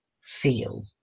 feel